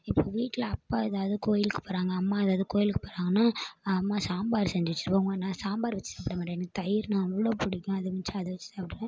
இப்போ வீட்டில் அப்பா ஏதாவது கோவிலுக்கு போகிறாங்க அம்மா ஏதாவது கோவிலுக்கு போகிறாங்கனா அம்மா சாம்பார் செஞ்சு வச்சுருப்பாங்க நான் சாம்பார் வச்சு சாப்பிட மாட்டேன் எனக்கு தயிர்னா அவ்வளோ பிடிக்கும் அது இருந்துச்சுனா அதை வச்சு சாப்பிடுவேன்